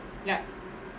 ya